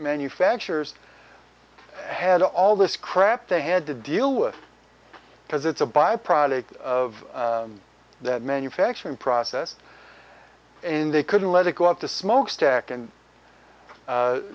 manufactures had all this crap they had to deal with because it's a byproduct of that manufacturing process and they couldn't let it go up the smokestack and